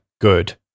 good